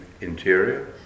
interior